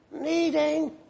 Needing